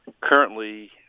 currently